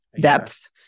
depth